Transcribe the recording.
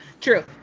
true